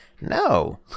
No